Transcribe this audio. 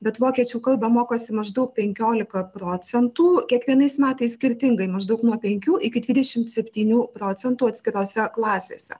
bet vokiečių kalbą mokosi maždaug penkiolika procentų kiekvienais metais skirtingai maždaug nuo penkių iki dvidešimt septinių procentų atskirose klasėse